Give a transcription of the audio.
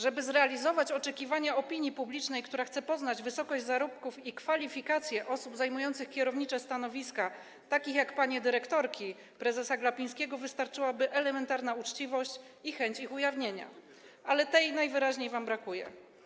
Żeby zrealizować oczekiwania opinii publicznej, która chce poznać wysokość zarobków i kwalifikacje osób zajmujących kierownicze stanowiska, takich jak panie dyrektorki prezesa Glapińskiego, wystarczyłaby elementarna uczciwość i chęć ich ujawnienia, ale tego najwyraźniej wam brakuje.